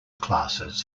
classes